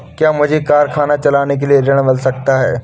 क्या मुझे कारखाना चलाने के लिए ऋण मिल सकता है?